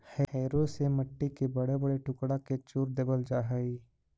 harrow से मट्टी के बड़े बड़े टुकड़ा के चूर देवल जा हई